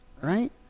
right